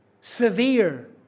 severe